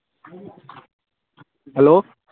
hello